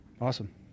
Awesome